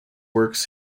works